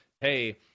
hey